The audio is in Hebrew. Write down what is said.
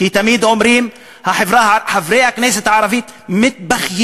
כי תמיד אומרים: חברי הכנסת הערבים מתבכיינים.